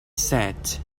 set